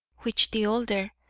which the older,